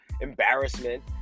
embarrassment